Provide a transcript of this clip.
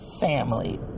family